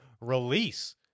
release